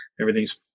Everything's